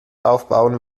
aufbauen